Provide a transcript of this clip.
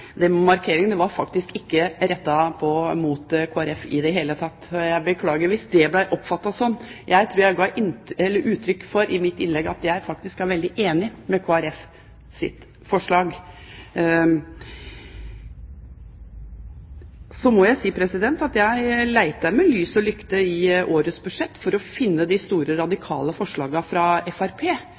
Det med å markere seg var ikke rettet mot Kristelig Folkeparti i det hele tatt, og jeg beklager hvis det ble oppfattet sånn. Jeg tror jeg ga uttrykk for i mitt innlegg at jeg faktisk er veldig enig i Kristelig Folkepartis forslag. Så må jeg si at jeg lette med lys og lykte i årets budsjett for å finne de store radikale forslagene fra